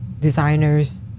designers